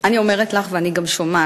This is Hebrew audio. אני אומרת לך, ואני גם שומעת